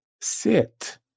sit